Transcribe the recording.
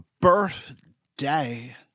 birthday